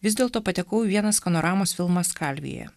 vis dėlto patekau į vieną skanoramos filmą skalvijoje